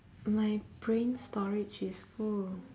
my brain storage is full